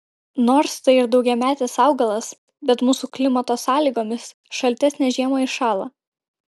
nors tai ir daugiametis augalas bet mūsų klimato sąlygomis šaltesnę žiemą iššąla